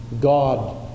God